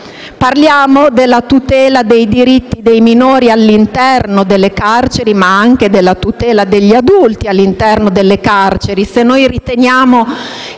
Parliamo della tutela dei diritti dei minori all'interno delle carceri, ma anche della tutela degli adulti all'interno delle stesse,